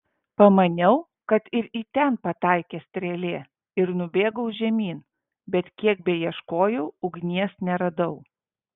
pamaniau kad ir į ten pataikė strėlė ir nubėgau žemyn bet kiek beieškojau ugnies neradau